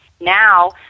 Now